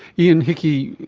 ian hickie,